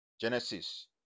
Genesis